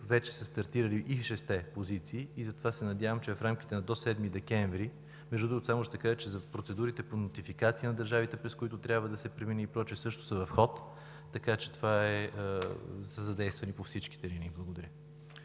вече са стартирали и шестте позиции. Затова се надявам, че в рамките до 7 декември… Между другото само ще кажа, че за процедурите по нотификация на държавите, през които трябва да се премине, и прочие, също са в ход, така че са задействани по всичките линии. Благодаря.